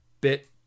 bit